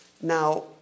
Now